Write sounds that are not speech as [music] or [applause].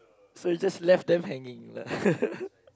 So it just left them hanging lah [laughs]